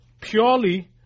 purely